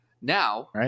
Now